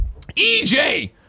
ej